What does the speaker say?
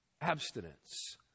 abstinence